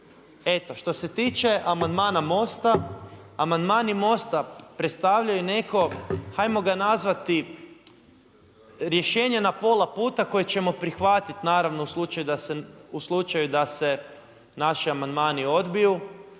Eto, što se tiče amandmana Mosta, amandmani Mosta, predstavljaju neko, hajmo ga nazvati rješenje na pola puta koje ćemo prihvatiti naravno, u slučaju da se naši amandmani odbiju.